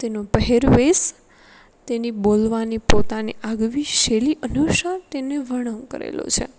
તેનો પહેરવેશ તેની બોલવાની પોતાની આગવી શૈલી અનુસાર તેને વર્ણન કરેલું છે